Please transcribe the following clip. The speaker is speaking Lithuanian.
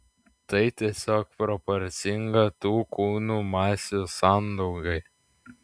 tai tiesiog proporcinga tų kūnų masių sandaugai